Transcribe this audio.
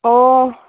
অঁ